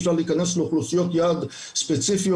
אפשר להיכנס לאוכלוסיית יעד ספציפיות,